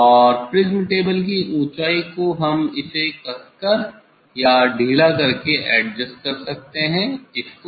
और prism table की ऊँचाई हम इसे कस कर या ढीला करके एडजस्ट कर सकते हैं इसको